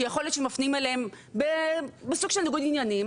שיכול להיות שמפנים אליהם בסוג של ניגוד עניינים